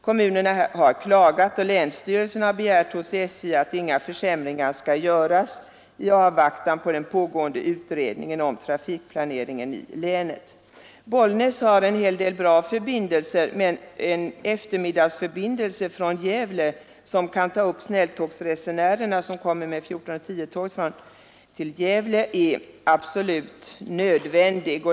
Kommunerna har klagat, och länsstyrelsen har begärt hos SJ att inga försämringar skall göras i avvaktan på den pågående utredningen om trafikplaneringen i länet. Bollnäs har en hel del bra förbindelser — men en eftermiddagsförbindelse från Gävle, som kan ta upp snälltågsresenärerna som kommer med 14.10-tåget från Stockholm till Gävle, är absolut nödvändig.